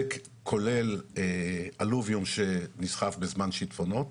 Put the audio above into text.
וכולל אלוביום שנסחף בזמן שיטפונות,